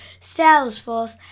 Salesforce